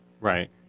Right